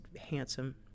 handsome